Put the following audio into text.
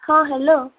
ହଁ ହ୍ୟାଲୋ